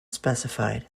specified